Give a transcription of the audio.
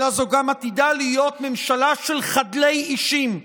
אלא זו גם עתידה להיות ממשלה של חדלי אישים,